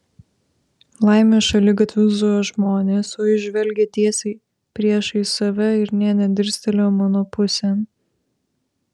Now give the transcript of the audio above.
laimė šaligatviu zujo žmonės o jis žvelgė tiesiai priešais save ir nė nedirstelėjo mano pusėn